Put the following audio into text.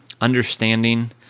understanding